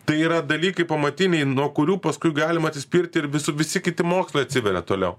tai yra dalykai pamatiniai nuo kurių paskui galima atsispirti ir visu visi kiti mokslai atsiveria toliau